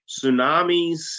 tsunamis